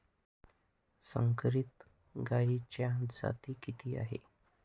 संकरित गायीच्या जाती किती आहेत?